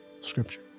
scripture